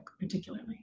particularly